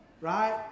Right